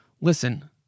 Listen